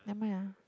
nevermind ah